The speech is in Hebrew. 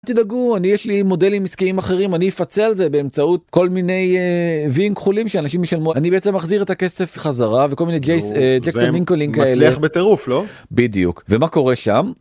תדאגו, אני יש לי מודלים עסקיים אחרים, אני אפצה על זה באמצעות כל מיני ויים כחולים... שאנשים ישלמו, אני בעצם מחזיר את הכסף חזרה וכל מיני ג'ייס ונינקו לינק האלה... (בדיוק) ומה קורה שם?